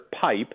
pipe